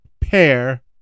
pair